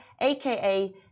aka